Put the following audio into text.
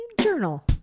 journal